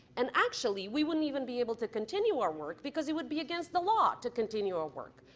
and actually we wouldn't even be able to continue our work because it would be against the law to continue our work.